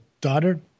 daughter